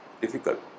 difficult